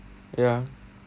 ya